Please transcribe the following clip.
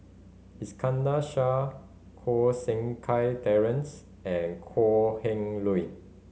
Iskandar Shah Koh Seng Kiat Terence and Kok Heng Leun